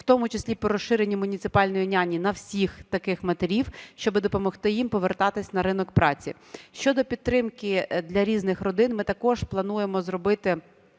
в тому числі по розширенню "муніципальної няні" на всіх таких матерів, щоб допомогти їм повертатись на ринок праці. Щодо підтримки для різних родин, ми також плануємо зробити